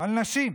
על נשים.